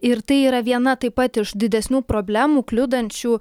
ir tai yra viena taip pat iš didesnių problemų kliudančių